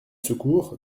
secours